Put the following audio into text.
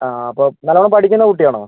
ആ അപ്പോൾ നല്ലോണം പഠിക്കുന്ന കുട്ടി ആണോ